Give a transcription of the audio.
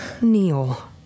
Neil